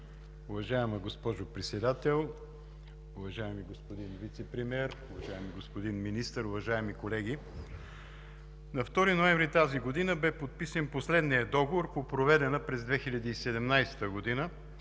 Уважаема госпожо Председател, уважаеми господин Вицепремиер, уважаеми господин Министър, уважаеми колеги! На 2 ноември тази година бе подписан последният договор по проведена през 2017 г.